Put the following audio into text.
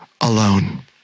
alone